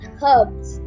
herbs